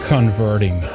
Converting